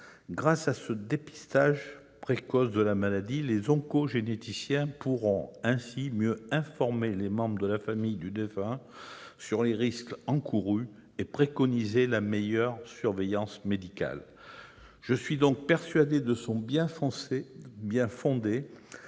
Grâce à ce dépistage précoce de la maladie, les oncogénéticiens pourront mieux informer les membres de la famille du défunt quant aux risques encourus et préconiser la meilleure surveillance médicale. Je suis donc persuadé de son bien-fondé,